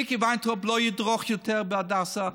מיקי וינטראוב לא ידרוך יותר בהדסה.